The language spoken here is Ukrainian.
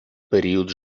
період